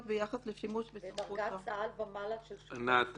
ביחס לשימוש ב -- בדרגת סא"ל ומעלה --- ענת,